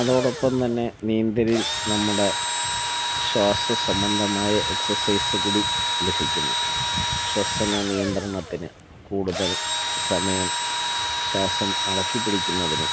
അതോടൊപ്പംതന്നെ നീന്തലിൽ നമ്മുടെ ശ്വാസസംബന്ധമായ എക്സസൈസ് കൂടി ലഭിക്കുന്നു ശ്വസനനിയന്ത്രണത്തിന് കൂടുതൽ സമയം ശ്വാസം അടക്കിപ്പിടിക്കുന്നതിനും